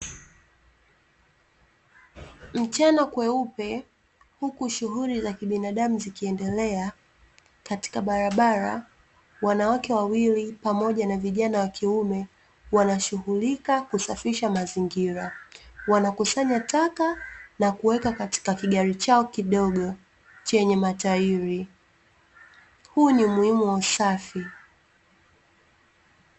Mchana kweupe huku shughuli za kibinadamu zikiendelea, katika barabara, wanawake wawili pamoja na vijana wa kiume wanashughulika kusafisha mazingira, wanakusanya taka na kuweka katika kigari chao kidogo chenye matairi. Huu ni umuhimu wa usafi.